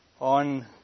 On